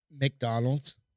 McDonald's